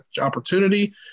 opportunity